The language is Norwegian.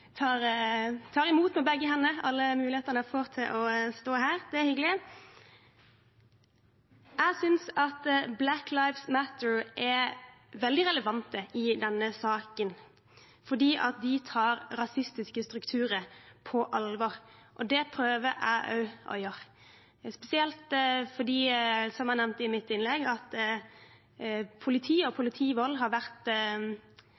tar imot med begge hender alle mulighetene jeg får til å stå her. Det er hyggelig. Jeg synes at Black Lives Matter er veldig relevante i denne saken, fordi de tar rasistiske strukturer på alvor. Det prøver jeg også å gjøre. Spesielt fordi – som jeg nevnte i mitt innlegg – politi og